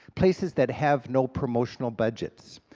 places that have no promotional budgets.